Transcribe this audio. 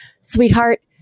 sweetheart